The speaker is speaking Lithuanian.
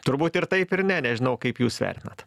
turbūt ir taip ir ne nežinau kaip jūs vertinat